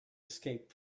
escaped